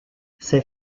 ses